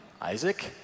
Isaac